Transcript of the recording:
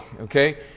Okay